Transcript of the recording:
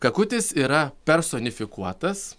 kakutis yra personifikuotas